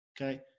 Okay